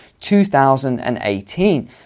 2018